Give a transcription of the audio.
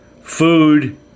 food